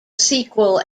sequel